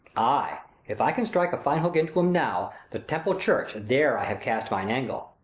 ay, if i can strike a fine hook into him, now! the temple-church, there i have cast mine angle.